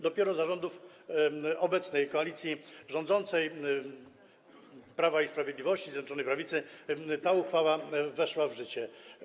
Dopiero za rządów obecnej koalicji rządzącej, Prawa i Sprawiedliwości, Zjednoczonej Prawicy, ta uchwała weszła w życie.